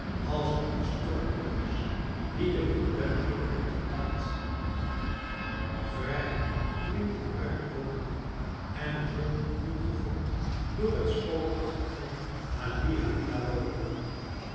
als een stormreus die de woede der elementen tart vrij klinkt het uit de hoogte en het wordt opnieuw gevolgd door dat spookachtige halli halli hallo